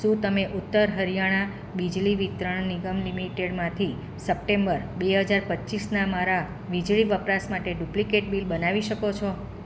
શું તમે ઉત્તર હરિયાણા બિજલી વિતરણ નિગમ લિમિટેડમાંથી સપ્ટેમ્બર બે હજાર પચ્ચીસના મારા વીજળી વપરાશ માટે ડુપ્લિકેટ બિલ બનાવી શકો છો